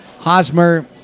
Hosmer